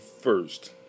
first